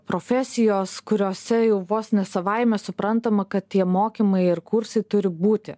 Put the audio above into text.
profesijos kuriose jau vos ne savaime suprantama kad tie mokymai ir kursai turi būti